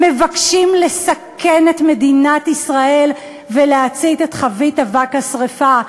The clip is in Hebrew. מבקשים לסכן את מדינת ישראל ולהצית את חבית אבק השרפה.